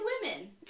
women